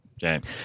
James